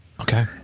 Okay